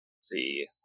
see